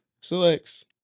selects